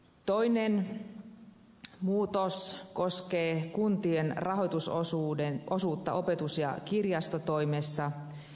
toinen muutos koskee kuntien rahoitusosuutta opetus ja kirjastotoimessa